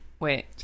wait